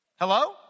Hello